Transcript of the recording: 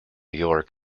york